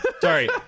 Sorry